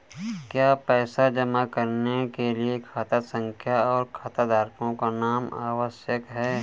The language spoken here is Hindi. क्या पैसा जमा करने के लिए खाता संख्या और खाताधारकों का नाम आवश्यक है?